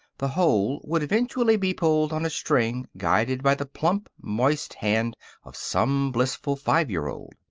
the whole would eventually be pulled on a string guided by the plump, moist hand of some blissful five-year-old.